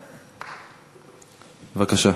בבקשה.